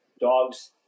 dogs